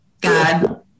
God